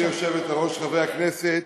גברתי היושבת-ראש, חברי הכנסת,